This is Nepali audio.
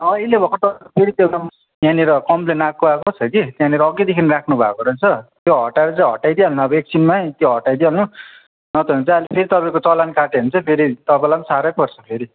अहिले भर्खर यहाँनिर कम्पेल्न आएको आएकै छ कि त्यहाँनिर अघिदेखि राख्नु भएको रहेछ त्यो हटाएर चाहिँ हटाइदिइहाल्नु अब एकछिनमै त्यो हटाइदिहाल्नु नत्र भने चाहिँ फेरि तपाईँसाम् चलान काट्यो भन्चाई फेरि तपैलाईम् साह्रै पर्छ फेरि